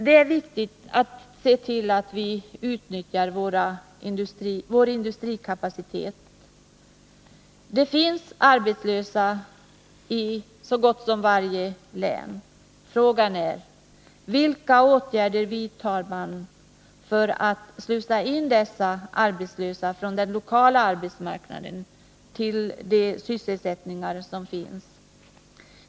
Det är viktigt att se till att vi utnyttjar vår industrikapacitet. Det finns arbetslösa i så gott som varje län. Frågan är: Vilka åtgärder vidtar man på de lokala arbetsmarknaderna för att slussa in de arbetslösa till de sysselsättningar som finns?